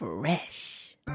Fresh